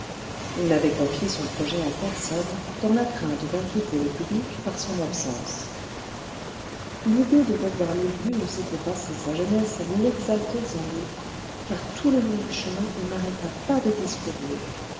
il n'avait confié son projet à personne dans la crainte d'inquiéter le public par son absence l'idée de revoir les lieux où s'était passée sa jeunesse l'exaltait sans doute car tout le long du chemin il n'arrêta pas de discourir